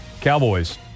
Cowboys